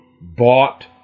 bought